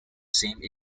same